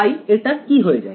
তাই এটা কি হয়ে যায়